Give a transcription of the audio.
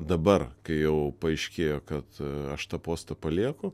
dabar kai jau paaiškėjo kad aš tą postą palieku